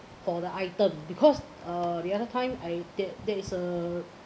for the items because uh the other time I that that is a